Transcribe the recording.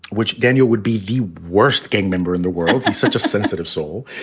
which daniel would be the worst gang member in the world. he's such a sensitive soul.